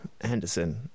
Anderson